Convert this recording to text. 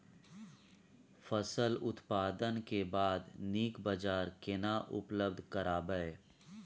फसल उत्पादन के बाद नीक बाजार केना उपलब्ध कराबै?